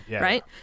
Right